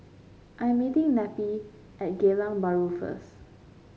I am meeting Neppie at Geylang Bahru first